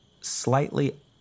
slightly